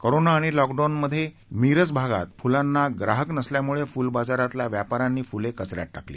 corona आणि लॉकडाऊनमुळे मिरजमध्ये फुलांना ग्राहक नसल्यामुळे फुल बाजारातल्या व्यापाऱ्यांनी फुले कचऱ्यात टाकली